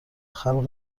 خلق